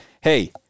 hey